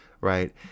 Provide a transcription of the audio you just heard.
Right